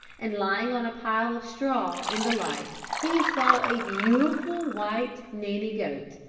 and lying on a pile of straw in the light he saw a beautiful white nanny goat,